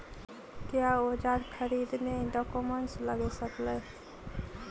क्या ओजार खरीदने ड़ाओकमेसे लगे सकेली?